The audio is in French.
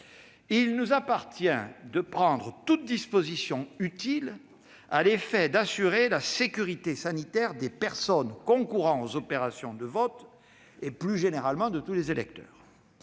il nous appartient de prendre toute disposition utile afin d'assurer la sécurité sanitaire des personnes concourant aux opérations de vote et, plus généralement, de tous les électeurs.